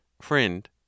Friend